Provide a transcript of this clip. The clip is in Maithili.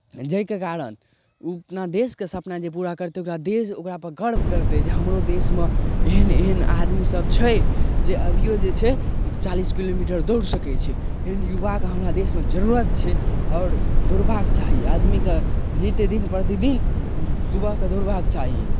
जाहिके कारण ओ अपना देशके सपना जे पूरा करतै ओकर देश ओकरापर गर्व करतै जे हमरो देशमे एहन एहन आदमीसभ छै जे अभिओ जे छै चालिस किलोमीटर दौड़ि सकै छै एहन युवाके हमरा देशमे जरूरत छै आओर दौड़बाक चाही आदमीके नित्य दिन प्रतिदिन सुबहकेँ दौड़बाक चाही